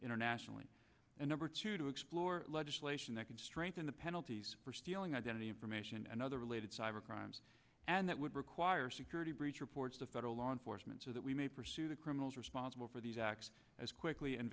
internationally and number two to explore legislation that would strengthen the penalties for stealing identity information and other related cyber crimes and that would require security breach reports to federal law enforcement so that we may pursue the criminals responsible for these acts as quickly and